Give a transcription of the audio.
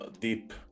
deep